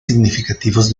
significativos